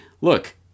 look